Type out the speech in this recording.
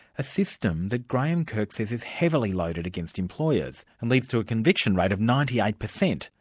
a system that graeme kirk says is heavily loaded against employers, and leads to a conviction rate of ninety eight percent,